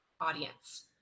audience